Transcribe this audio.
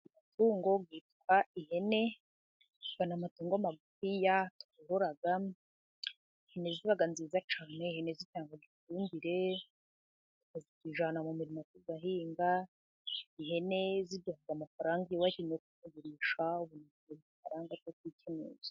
Amatungo yitwa ihene ni amatongo magufiya borora. Ihene ziba nziza cyane. lhene zitanga ifumbire tujyana mu mirima tugahinga. Ihene ziduha amafaranga iyo washimye kuyagurisha, aduha amafaranga tukikenuza.